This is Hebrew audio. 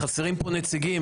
חסרים פה נציגים,